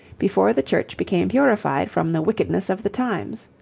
before the church became purified from the wickedness of the times.